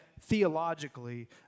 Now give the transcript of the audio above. theologically